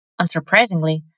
Unsurprisingly